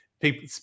People